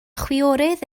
chwiorydd